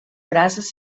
brases